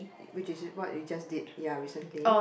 which is w~ what you just did ya recently